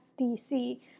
DC